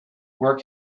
work